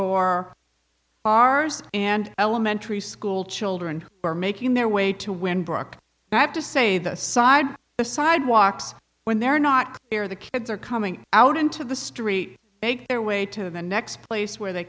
four bars and elementary school children are making their way to when brooke i have to say the side the sidewalks when they're not there the kids are coming out into the street make their way to the next place where they